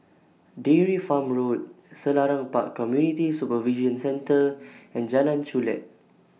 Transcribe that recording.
Dairy Farm Road Selarang Park Community Supervision Centre and Jalan Chulek